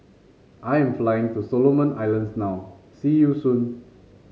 I am flying to Solomon Islands now see you soon